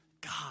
God